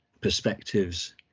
perspectives